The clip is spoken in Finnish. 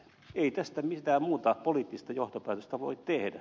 ei tästä mitään muuta poliittista johtopäätöstä voi tehdä